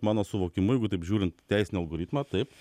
mano suvokimu jeigu taip žiūrint teisinį algoritmą taip